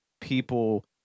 people